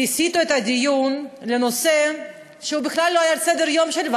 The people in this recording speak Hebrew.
כי הסיטו את הדיון לנושא שבכלל לא היה על סדר-היום של הוועדה.